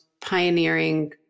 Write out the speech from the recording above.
pioneering